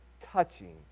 touching